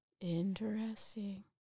interesting